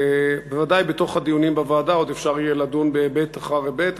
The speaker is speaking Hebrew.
בוודאי בדיונים בוועדה עוד אפשר יהיה לדון בהיבט אחר היבט.